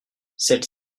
celles